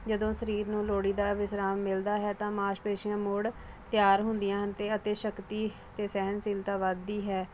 ਜਦੋਂ ਸਰੀਰ ਨੂੰ ਲੋੜੀਂਦਾ ਵਿਸਰਾਮ ਮਿਲਦਾ ਹੈ ਤਾਂ ਮਾਂਸ਼ਪੇਸ਼ੀਆਂ ਮੁੜ ਤਿਆਰ ਹੁੰਦੀਆਂ ਹਨ ਤੇ ਅਤੇ ਸ਼ਕਤੀ ਅਤੇ ਸਹਿਣਸ਼ੀਲਤਾ ਵੱਧਦੀ ਹੈ